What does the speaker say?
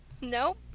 Nope